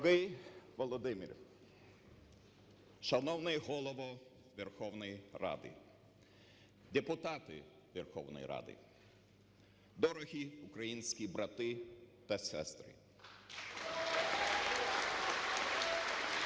Дорогий Володимир, шановний Голово Верховної Ради, депутати Верховної Ради. дорогі українські брати та сестри!